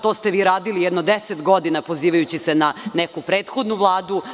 To ste vi radili jedno deset godina pozivajući se na neku prethodnu vladu.